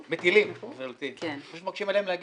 מטילים, גבירתי, פשוט מקשים עליהם להגיע.